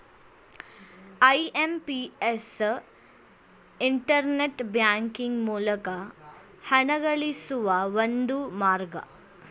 IMPS internet banking ಮೂಲಕ ಹಣಗಳಿಸುವ ಒಂದು ಮಾರ್ಗ